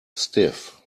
stiff